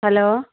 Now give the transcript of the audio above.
hello